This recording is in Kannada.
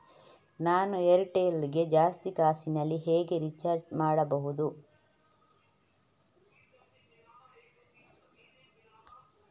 ನಾವು ಏರ್ಟೆಲ್ ಗೆ ಜಾಸ್ತಿ ಕಾಸಿನಲಿ ಹೇಗೆ ರಿಚಾರ್ಜ್ ಮಾಡ್ಬಾಹುದು?